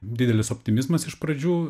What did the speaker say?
didelis optimizmas iš pradžių